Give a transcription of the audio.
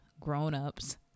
grown-ups